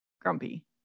grumpy